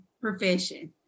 profession